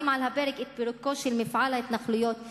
על הפרק את פירוקו של מפעל ההתנחלויות,